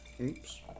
Oops